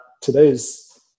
today's